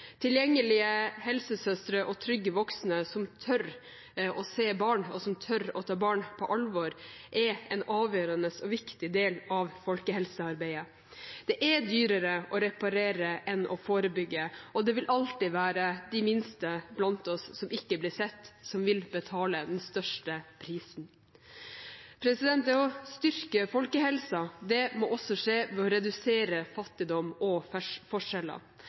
Tilgjengelige helsesøstre og trygge voksne som tør å se barn, og som tør å ta barn på alvor, er en avgjørende og viktig del av folkehelsearbeidet. Det er dyrere å reparere enn å forebygge, og det vil alltid være de minste blant oss som ikke blir sett, som vil betale den største prisen. Det å styrke folkehelsa må også skje ved å redusere fattigdom og